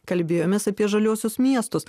kalbėjomės apie žaliuosius miestus